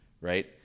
right